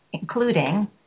including